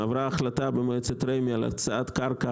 עברה החלטה במועצת רמ"י על הקצאת קרקע